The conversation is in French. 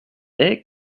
est